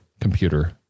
computer